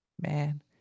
Man